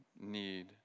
need